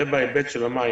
זה בהיבט של המים.